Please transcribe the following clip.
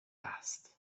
است